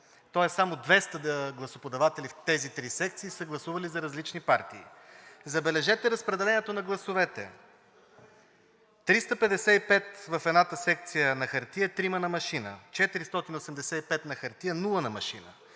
Тоест само 200 гласоподаватели в тези три секции са гласували за различни партии. Забележете разпределението на гласовете: 355 в едната секция на хартия – трима на машина; 485 на хартия – нула на машина;